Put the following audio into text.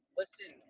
listen